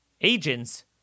agents